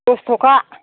दस थखा